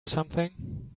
something